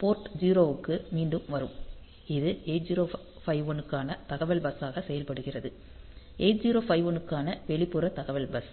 board 0 க்கு மீண்டும் வரும் இது 8051 க்கான தகவல் பஸ் ஸாக செயல்படுகிறது 8051 க்கான வெளிப்புற தகவல் பஸ்